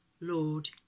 Lord